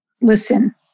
Listen